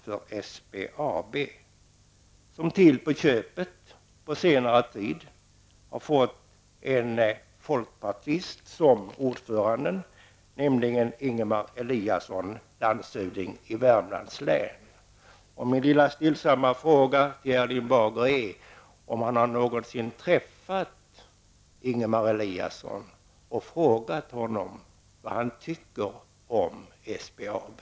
Till på köpet har SBAB under senare tid fått en folkpartist som ordförande, nämligen Ingemar Eliasson, landshövding i Värmlands län. Min stillsamma fråga till Erling Bager är om han någonsin har träffat Ingemar Eliasson och frågat honom vad han tycker om SBAB.